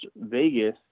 Vegas